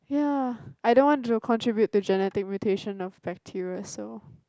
ya I don't want to contribute to genetic mutation of bacteria so